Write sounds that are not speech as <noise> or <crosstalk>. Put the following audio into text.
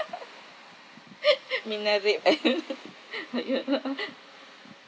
<laughs> minah vape <laughs>